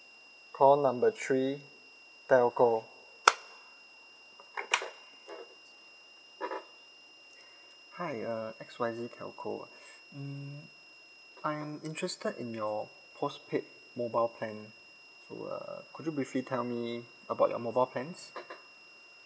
call number three telco hi err X Y Z telco ah mm I'm interested in your postpaid mobile plan so err could you briefly tell me about your mobile plans